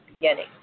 beginning